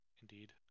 indeed